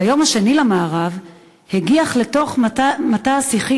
ביום השני למארב הגיח לתוך מטע השיחים